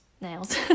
nails